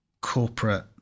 corporate